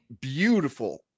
beautiful